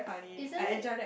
isn't it